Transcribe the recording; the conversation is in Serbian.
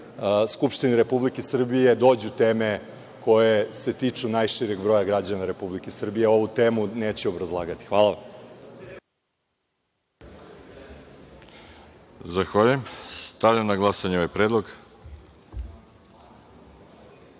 Skupštine Republike Srbije dođu teme koje se tiču najšireg broja građana Republike Srbije. Ovu temu neću obrazlagati. Hvala vam. **Veroljub Arsić** Zahvaljujem. Stavljam na glasanje ovaj predlog. Molim